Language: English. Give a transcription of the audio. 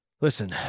listen